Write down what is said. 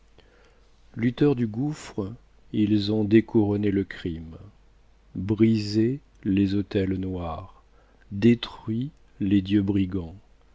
lutteurs du gouffre ils ont découronné le crime brisé les autels noirs détruit les dieux brigands